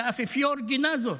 והאפיפיור גינה זאת.